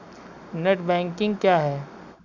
Net banking क्या है?